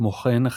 כמו כן,